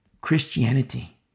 Christianity